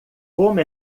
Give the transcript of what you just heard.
como